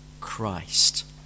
Christ